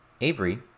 Avery